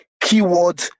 keyword